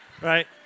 Right